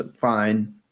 fine